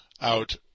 out